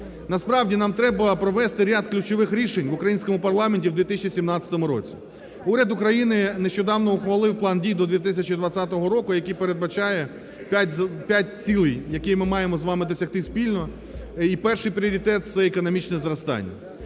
Насправді нам треба провести ряд ключових рішень в українському парламенті у 2017 році. Уряд України нещодавно ухвалив план дій до 2020 року, який передбачає п'ять цілей, які ми маємо з вами досягти спільно, і перший пріоритет це економічне зростання.